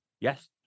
Yes